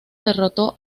derrotó